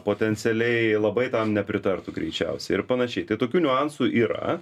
potencialiai labai tam nepritartų greičiausiai ir panašiai tai tokių niuansų yra